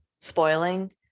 spoiling